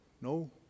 no